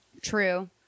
True